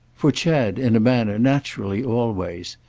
for chad, in a manner, naturally, always.